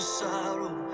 sorrow